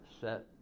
set